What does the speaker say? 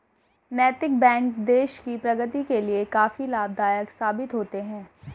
नैतिक बैंक देश की प्रगति के लिए काफी लाभदायक साबित होते हैं